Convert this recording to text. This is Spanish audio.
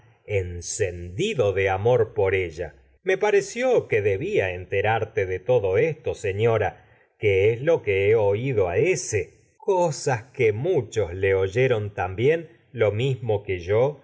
encendidj de amor por ella me pareció es que debía enterarte de todo esto seño ra que lo que he oído a ése cosas que muchos le oyeron de los también lo mismo como que yo